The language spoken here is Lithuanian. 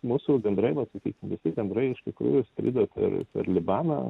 mūsų gandrai vat sakykim visi gandrai iš tikrųjų skrido ir per libaną